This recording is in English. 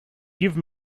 give